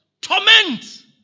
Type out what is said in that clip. Torment